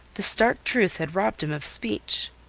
the stark truth had robbed him of speech.